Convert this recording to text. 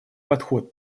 подход